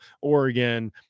Oregon